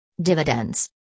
Dividends